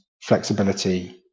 flexibility